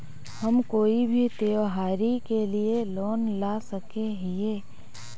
हम कोई भी त्योहारी के लिए लोन ला सके हिये?